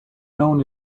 known